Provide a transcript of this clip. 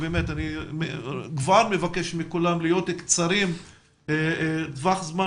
אני כבר מבקש מכולם להיות קצרים ולדבר בטווח זמן